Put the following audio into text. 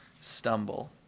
stumble